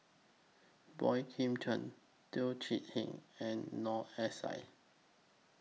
Boey Kim Cheng Teo Chee Hean and Noor S I